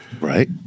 Right